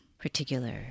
particular